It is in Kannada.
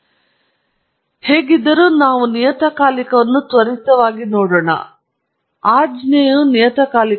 ಸ್ಲೈಡ್ ಟೈಮ್ ಅನ್ನು ನೋಡಿ 1602 ಹೇಗಿದ್ದರೂ ನಾವು ನಿಯತಕಾಲಿಕವನ್ನು ತ್ವರಿತವಾಗಿ ನೋಡೋಣ ಆಜ್ಞೆಯು ನಿಯತಕಾಲಿಕವಾಗಿದೆ